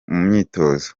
myitozo